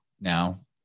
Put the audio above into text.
now